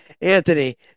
Anthony